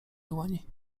dłoni